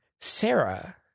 Sarah